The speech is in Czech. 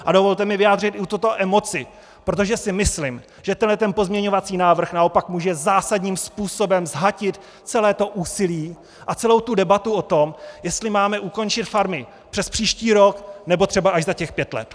A dovolte mi vyjádřit i u toho emoci, protože si myslím, že tenhle pozměňovací návrh naopak může zásadním způsobem zhatit celé to úsilí a celou tu debatu o tom, jestli máme ukončit farmy přespříští rok, nebo třeba až za těch pět let.